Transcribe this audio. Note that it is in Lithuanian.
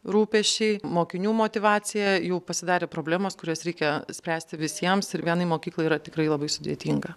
rūpesčiai mokinių motyvacija jau pasidarė problemos kurias reikia spręsti visiems ir vienai mokyklai yra tikrai labai sudėtinga